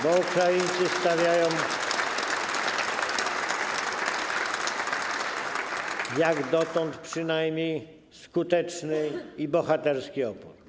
Bo Ukraińcy stawiają, jak dotąd przynajmniej, skuteczny i bohaterski opór.